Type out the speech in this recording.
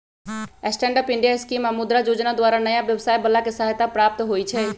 stand up India scheme आऽ मुद्रा जोजना द्वारा नयाँ व्यवसाय बला के सहायता प्राप्त होइ छइ